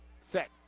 Set